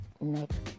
next